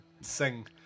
sing